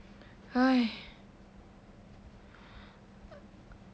!haiya!